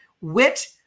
wit